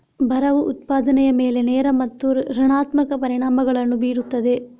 ಬರವು ಉತ್ಪಾದನೆಯ ಮೇಲೆ ನೇರ ಮತ್ತು ಋಣಾತ್ಮಕ ಪರಿಣಾಮಗಳನ್ನು ಬೀರುತ್ತದೆ